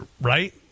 Right